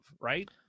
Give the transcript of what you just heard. right